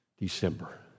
December